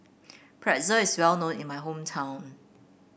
pretzel is well known in my hometown